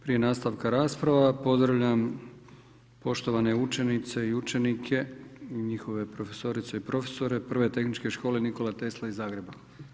Prije nastavka rasprava, pozdravljam poštovane učenice i učenike i njihove profesorice i profesore I tehničke škole Nikola Tesla iz Zagreba.